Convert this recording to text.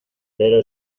pero